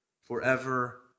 forever